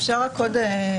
אפשר רק עוד משפט?